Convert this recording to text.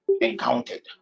encountered